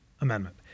amendment